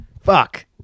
Fuck